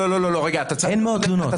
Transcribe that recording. אין מאות תלונות.